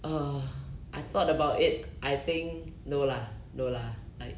err I thought about it I think no lah no lah I